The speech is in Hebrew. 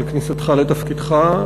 על כניסתך לתפקידך.